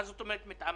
למה מתעמרים?